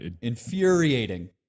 infuriating